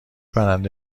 برنده